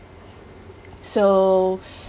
so